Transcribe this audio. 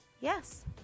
Yes